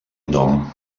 nom